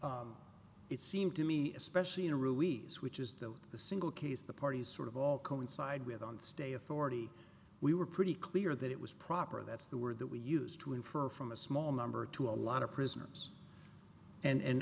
it seemed to me especially in ruiz which is that the single case the parties sort of all coincide with on stay authority we were pretty clear that it was proper that's the word that we used to infer from a small number to a lot of prisoners and